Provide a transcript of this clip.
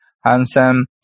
handsome